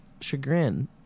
chagrin